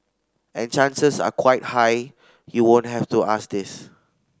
and chances are quite high you won't have to ask this